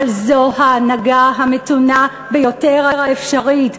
אבל זו ההנהגה המתונה ביותר האפשרית,